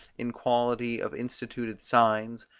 in quality of instituted signs,